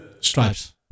Stripes